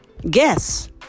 Guess